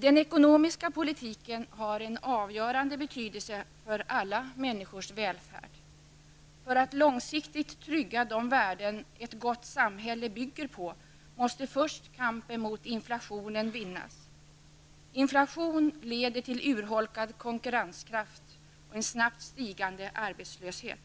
Den ekonomiska politiken har en avgörande betydelse för alla människors välfärd. För att långsiktigt trygga de värden ett gott samhälle bygger på måste först kampen mot inflationen vinnas. Inflation leder till urholkad konkurrenskraft och en snabbt stigande arbetslöshet.